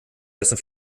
dessen